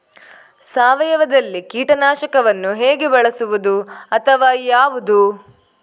ಸಾವಯವದಲ್ಲಿ ಕೀಟನಾಶಕವನ್ನು ಹೇಗೆ ಬಳಸುವುದು ಅಥವಾ ಯಾವುದು?